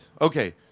Okay